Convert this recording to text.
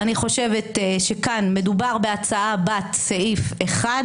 אני חושבת שכאן מדובר בהצעה בת סעיף אחד,